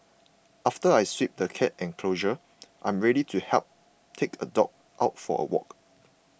after I sweep the cat enclosure I am ready to help take a dog out for a walk